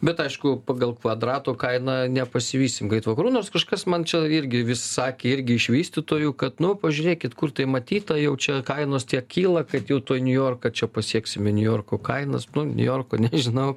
bet aišku pagal kvadrato kainą nepasivysim greit vakarų nors kažkas man čia irgi vis sakė irgi iš vystytojų kad nu pažiūrėkit kur tai matyta jau čia kainos tiek kyla kad jau tuoj niujorką čia pasieksime niujorko kainas nu niujorko nežinau